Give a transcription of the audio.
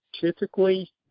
typically